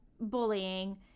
bullying